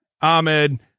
Ahmed